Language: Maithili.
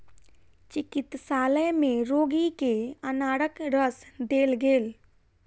चिकित्सालय में रोगी के अनारक रस देल गेल